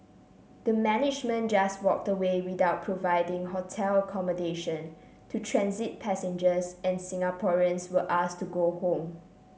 the management just walked away without providing hotel accommodation to transit passengers and Singaporeans were asked to go home